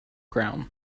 ground